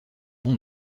bon